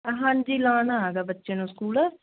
ਹਾਂਜੀ ਲਾਉਣਾ ਹੈਗਾ ਬੱਚੇ ਨੂੰ ਸਕੂਲ